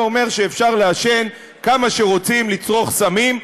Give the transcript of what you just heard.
זה אומר שאפשר לעשן כמה שרוצים, לצרוך סמים.